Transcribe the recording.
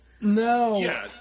no